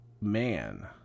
man